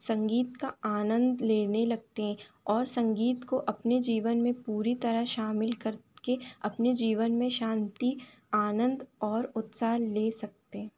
संगीत का आनंद लेने लगते हैं और संगीत को अपने जीवन में पूरी तरह शामिल करके अपने जीवन में शांती आनंद और उत्साह ले सकते हैं